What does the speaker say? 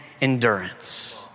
endurance